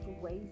ways